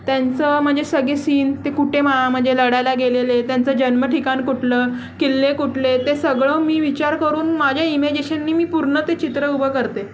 त्यांचं म्हणजे सगळे सीन ते कुठे मा म्हणजे लढायला गेलेले त्यांचं जन्मठिकाण कुठलं किल्ले कुठले ते सगळं मी विचार करून माझ्या इमेजेशननी मी पूर्ण ते चित्र उभं करते